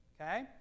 Okay